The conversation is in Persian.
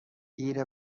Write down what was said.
تیره